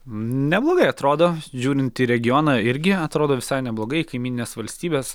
neblogai atrodo žiūrint į regioną irgi atrodo visai neblogai kaimyninės valstybės